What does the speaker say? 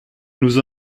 nous